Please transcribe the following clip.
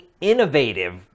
innovative